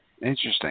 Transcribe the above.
Interesting